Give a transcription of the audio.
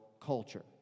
culture